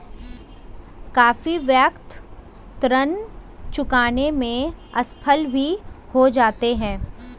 काफी व्यक्ति ऋण चुकाने में असफल भी हो जाते हैं